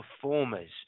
performers –